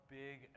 big